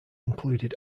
included